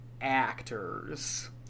actors